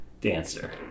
dancer